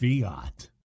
Fiat